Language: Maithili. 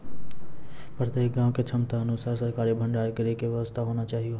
प्रत्येक गाँव के क्षमता अनुसार सरकारी भंडार गृह के व्यवस्था होना चाहिए?